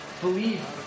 believe